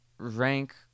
rank